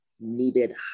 needed